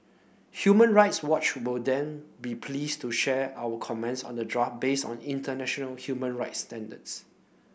Human Rights Watch would then be pleased to share our comments on the draft based on international human rights standards